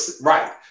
Right